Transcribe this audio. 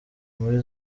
muri